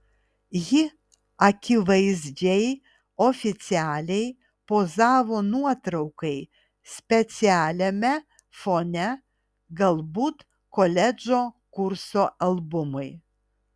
ji akivaizdžiai oficialiai pozavo nuotraukai specialiame fone galbūt koledžo kurso albumui